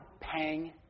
pang